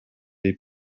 dei